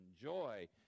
joy